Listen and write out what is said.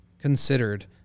considered